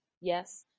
Yes